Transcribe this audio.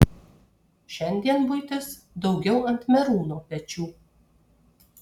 šiandien buitis daugiau ant merūno pečių